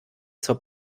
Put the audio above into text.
zur